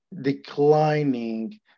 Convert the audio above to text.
declining